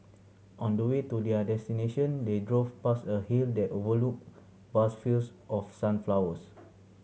on the way to their destination they drove past a hill that overlooked vast fields of sunflowers